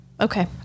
Okay